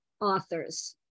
authors